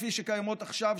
כפי שקיימות עכשיו,